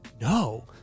No